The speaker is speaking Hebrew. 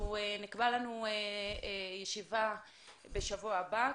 נקבע לנו ישיבה בשבוע הבא.